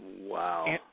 Wow